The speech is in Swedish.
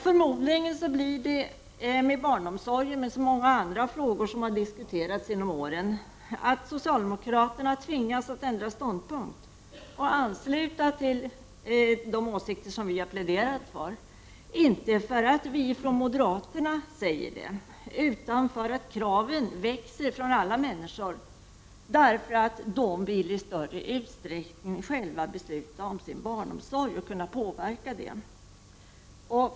Förmodligen blir det med barnomsorgen som med så många andra frågor som har diskuterats genom åren, dvs. socialdemokraterna tvingas att ändra ståndpunkt och ansluta sig till de åsikter som vi har pläderat för. Det är inte därför att vi från moderaterna har uttryckt något, utan därför att kraven växer från alla människor, eftersom de själva i större utsträckning vill besluta om sin barnomsorg och påverka den.